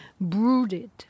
brooded